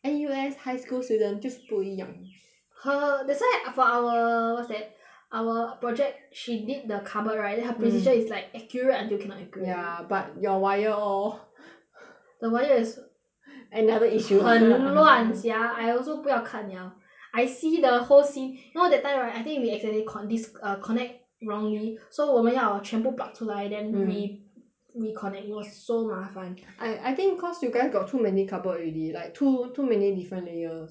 N_U_S high school student 就是不一样 her that's why for our what's that our project she did the cupboard right mm then her precision is like accurate until cannot accurate already ya but your wire lor the wire is another issue 很乱 sia I also 不要看了 I see the whole scene you know that time right I think we accidentally con~ dis～ err connect wrongly so 我们要全部 pluck 出来 mm then re~ reconnect it was